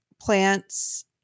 plants